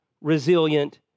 resilient